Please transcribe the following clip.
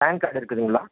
pan card இருக்குதுங்களா